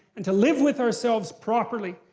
and to live with ourselves properly,